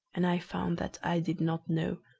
and i found that i did not know,